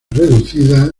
reducida